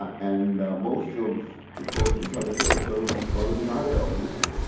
and most of the folks in public health are are not elders,